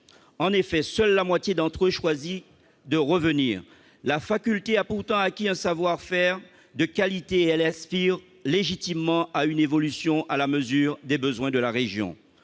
en effet, seule la moitié d'entre eux choisi de revenir la faculté a pourtant acquis un savoir-faire, de qualité, elle Aspire légitimement à une évolution à la mesure des besoins de la région